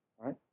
right